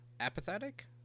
apathetic